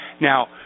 Now